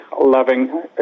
loving